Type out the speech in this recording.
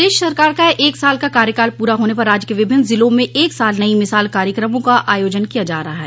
प्रदेश सरकार का एक साल का कार्यकाल पूरा होने पर राज्य के विभिन्न जिलों में एक साल नई मिसाल कार्यक्रमों का आयोजन किया जा रहा है